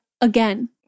Again